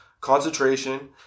concentration